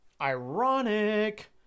Ironic